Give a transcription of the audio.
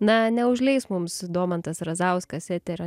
na neužleis mums domantas razauskas eterio